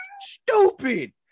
Stupid